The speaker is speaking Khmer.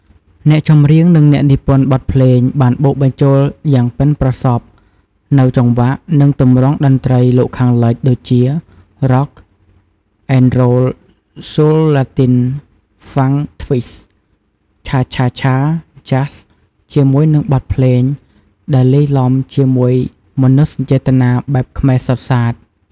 អ្នកចម្រៀង និងអ្នកនិពន្ធបទភ្លេងបានបូកបញ្ចូលយ៉ាងប៉ិនប្រសប់នូវ ចង្វាក់ និងទម្រង់តន្ត្រីលោកខាងលិច ដូចជា Rock and Roll Soul Latin Funk Twist Cha-cha-cha Jazz ជាមួយនឹងបទភ្លេង ដែលលាយទ្បំជាមួយមនោសញ្ចេតនាបែបខ្មែរសុទ្ធសាធ។